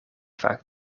vaak